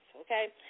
okay